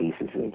pieces